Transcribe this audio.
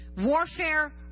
Warfare